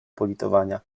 politowania